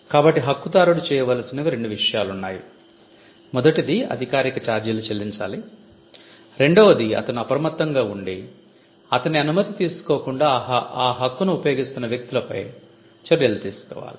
కాబట్టి హక్కుదారుడు చేయవలసినవి రెండు విషయాలున్నాయి మొదటిది అధికారిక ఛార్జీలు చెల్లించాలి రెండవది అతను అప్రమత్తంగా ఉండి అతని అనుమతి తీసుకోకుండా ఆ హక్కును ఉపయోగిస్తున్న వ్యక్తులపై అతను చర్యలు తీసుకోవాలి